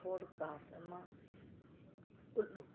forecast ꯑꯃ ꯎꯠꯂꯨ